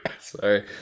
Sorry